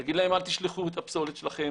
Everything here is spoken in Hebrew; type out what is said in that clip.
להגיד להם: אל תשכחו את הפסולת שלכם,